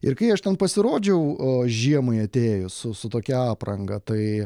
ir kai aš ten pasirodžiau žiemai atėjus su su tokia apranga tai